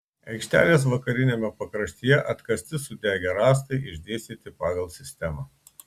aikštelės vakariniame pakraštyje atkasti sudegę rąstai išdėstyti pagal sistemą